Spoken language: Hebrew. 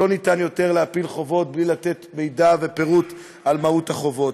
ולא ניתן יותר להפיל חובות בלי לתת מידע ופירוט על מהות החובות.